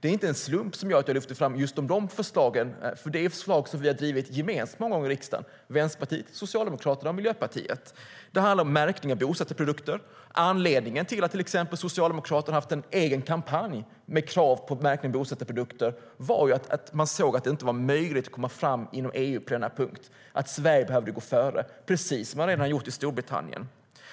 Det är inte en slump att jag lyfter fram just dessa förslag, för det är förslag som vi många gånger har drivit gemensamt i riksdagen, Vänsterpartiet, Socialdemokraterna och Miljöpartiet. Det handlar om märkning av bosättarprodukter. Anledningen till att till exempel Socialdemokraterna har haft en egen kampanj med krav på märkning av bosättarprodukter var att man såg att det inte var möjligt att komma fram inom EU på denna punkt, att Sverige behövde gå före, precis som man redan har gjort i Storbritannien.